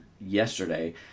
yesterday